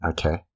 Okay